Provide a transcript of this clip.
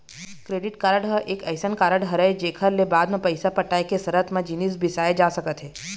credit card ह एक अइसन कारड हरय जेखर ले बाद म पइसा पटाय के सरत म जिनिस बिसाए जा सकत हे